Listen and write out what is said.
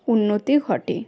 উন্নতি ঘটে